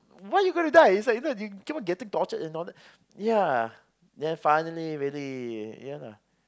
what're you gonna die is like is like you keep getting tortured and all that ya then finally really ya lah